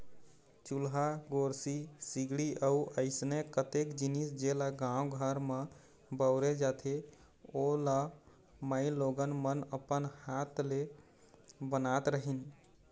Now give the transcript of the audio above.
चूल्हा, गोरसी, सिगड़ी अउ अइसने कतेक जिनिस जेला गाँव घर म बउरे जाथे ओ ल माईलोगन मन अपन हात ले बनात रहिन